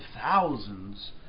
thousands